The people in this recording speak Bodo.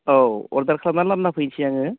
औ अर्डार खालामना लाबोना होफैसै आङो